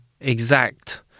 exact